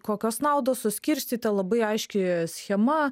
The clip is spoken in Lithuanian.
kokios naudos suskirstyta labai aiški schema